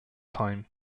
time